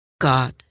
God